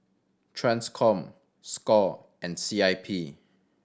Transcom score and C I P